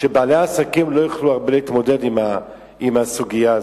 והרבה בעלי העסקים לא יוכלו להתמודד עם הסוגיה הזאת.